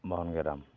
Mohangram